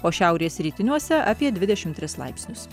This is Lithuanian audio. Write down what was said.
o šiaurės rytiniuose apie dvidešim tris laipsnius